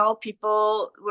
People